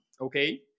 Okay